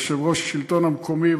יושב-ראש השלטון המקומי,